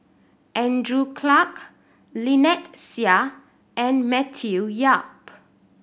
Andrew Clarke Lynnette Seah and Matthew Yap